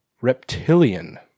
reptilian